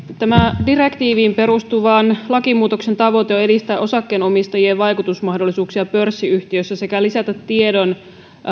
tämän direktiiviin perustuvan lakimuutoksen tavoite on edistää osakkeenomistajien vaikutusmahdollisuuksia pörssiyhtiöissä sekä lisätä tiedon